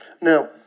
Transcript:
Now